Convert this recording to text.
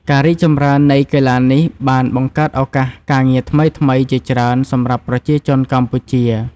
ការរីកចម្រើននៃកីឡានេះបានបង្កើតឱកាសការងារថ្មីៗជាច្រើនសម្រាប់ប្រជាជនកម្ពុជា។